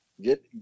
Get